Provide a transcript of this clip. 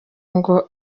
ngo